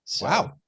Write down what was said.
Wow